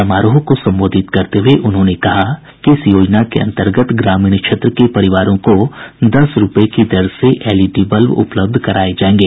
समारोह को संबोधित करते हुए श्री सिंह ने कहा कि इस योजना के अंतर्गत ग्रामीण क्षेत्र के परिवारों को दस रूपये की दर से एलईडी बल्ब उपलब्ध कराये जायेंगे